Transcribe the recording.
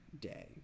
day